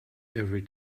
every